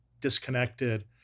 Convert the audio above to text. disconnected